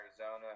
Arizona